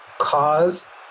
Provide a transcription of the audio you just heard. cause